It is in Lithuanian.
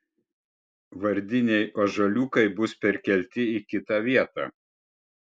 vardiniai ąžuoliukai bus perkelti į kitą vietą